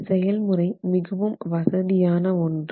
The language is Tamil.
இந்த செயல்முறை மிகவும் வசதியான ஒன்று